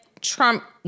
Trump